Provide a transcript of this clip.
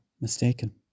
mistaken